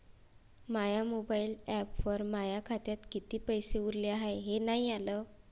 माया mobile ॲपवर माया खात्यात किती पैसे उरले हाय हे नाही आलं